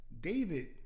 David